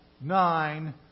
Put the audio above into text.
nine